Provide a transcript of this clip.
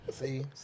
See